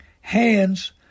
hands